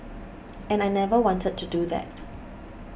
and I never wanted to do that